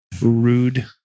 Rude